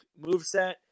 moveset